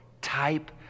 type